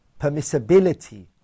permissibility